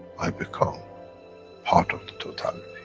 i become part of the totality.